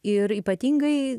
ir ypatingai